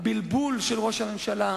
הבלבול של ראש הממשלה,